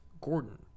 Gordon